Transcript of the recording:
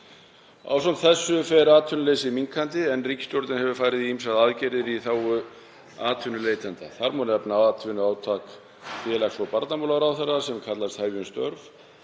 Ásamt þessu fer atvinnuleysi minnkandi en ríkisstjórnin hefur farið í ýmsar aðgerðir í þágu atvinnuleitenda. Þar má nefna atvinnuátak félags- og barnamálaráðherra, sem kallast Hefjum störf.